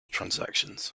transactions